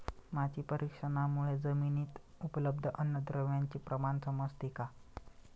माती परीक्षणामुळे जमिनीतील उपलब्ध अन्नद्रव्यांचे प्रमाण समजते का?